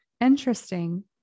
interesting